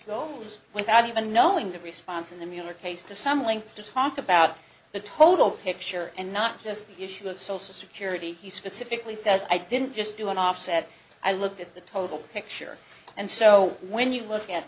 goes without even knowing the response in the miller case to some length to talk about the total picture and not just the issue of social security he specifically says i didn't just do an offset i looked at the total picture and so when you look at